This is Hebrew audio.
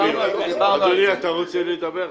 אתה רוצה לדבר?